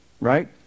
right